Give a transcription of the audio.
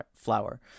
Flower